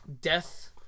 death